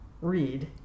read